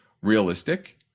realistic